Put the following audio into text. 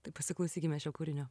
tai pasiklausykime šio kūrinio